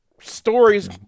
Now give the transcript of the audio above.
Stories